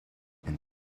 and